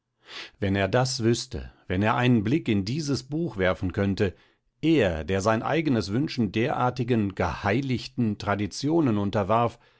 wenn er das wüßte wenn er einen blick in dies buch werfen könnte er der sein eigenes wünschen derartigen geheiligten traditionen unterwarf